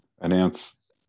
Announce